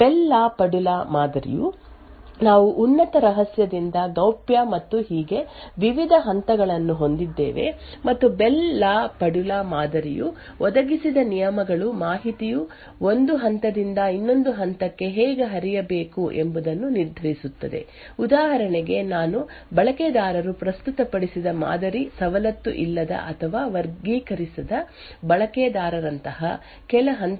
bell LaPadula ಮಾದರಿಯು ನಾವು ಉನ್ನತ ರಹಸ್ಯದಿಂದ ಗೌಪ್ಯ ಮತ್ತು ಹೀಗೆ ವಿವಿಧ ಹಂತಗಳನ್ನು ಹೊಂದಿದ್ದೇವೆ ಮತ್ತು ಬೆಲ್ ಲಾ ಪಡುಲಾ ಮಾದರಿಯು ಒದಗಿಸಿದ ನಿಯಮಗಳು ಮಾಹಿತಿಯು ಒಂದು ಹಂತದಿಂದ ಇನ್ನೊಂದು ಹಂತಕ್ಕೆ ಹೇಗೆ ಹರಿಯಬೇಕು ಎಂಬುದನ್ನು ನಿರ್ಧರಿಸುತ್ತದೆ ಉದಾಹರಣೆಗೆ ನಾನು ಬಳಕೆದಾರರು ಪ್ರಸ್ತುತಪಡಿಸಿದ ಮಾದರಿ ಸವಲತ್ತು ಇಲ್ಲದ ಅಥವಾ ವರ್ಗೀಕರಿಸದ ಬಳಕೆದಾರರಂತಹ ಕೆಳ ಹಂತದಲ್ಲಿ ಉನ್ನತ ರಹಸ್ಯ ದಾಖಲೆಯನ್ನು ಓದಲು ಸಾಧ್ಯವಾಗುವುದಿಲ್ಲ